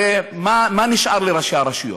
הרי מה נשאר לראשי הרשויות?